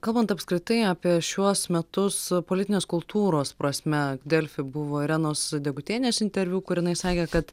kalbant apskritai apie šiuos metus politinės kultūros prasme delfi buvo irenos degutienės interviu kur jinai sakė kad